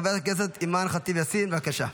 חברת הכנסת אימאן ח'טיב יאסין, בבקשה.